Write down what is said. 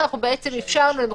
היום יש שם 17,000